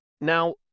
Now